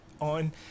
on